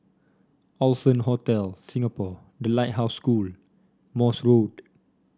Allson Hotel Singapore The Lighthouse School Morse Road